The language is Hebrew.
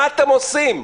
מה אתם עושים?